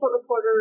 reporter